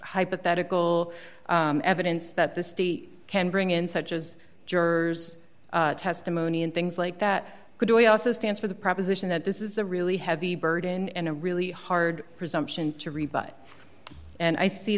hypothetical evidence that the state can bring in such as jurors testimony and things like that could we also stands for the proposition that this is a really heavy burden and a really hard presumption to rebut and i see